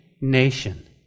nation